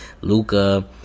Luca